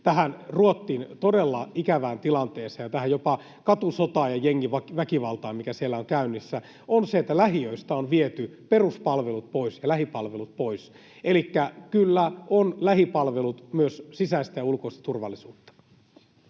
tähän Ruotsin todella ikävään tilanteeseen ja tähän jopa katusotaan ja jengiväkivaltaan, mikä siellä on käynnissä, on se, että lähiöistä on viety peruspalvelut ja lähipalvelut pois. Elikkä kyllä ovat lähipalvelut myös sisäistä ja ulkoista turvallisuutta.